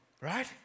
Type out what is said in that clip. right